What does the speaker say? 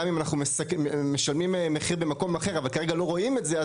אם אנחנו משלמים מחיר במקום אחר אבל כרגע לא רואים את זה,